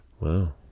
Wow